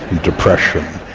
depression,